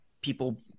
people